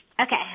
Okay